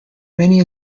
many